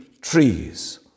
trees